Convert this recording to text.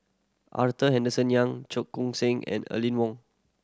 Arthur Henderson Young Cheong Koon Seng and Aline Wong